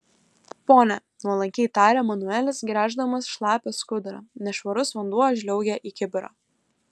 pone nuolankiai tarė manuelis gręždamas šlapią skudurą nešvarus vanduo žliaugė į kibirą